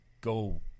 go